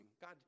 God